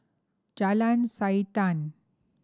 Jalan Siantan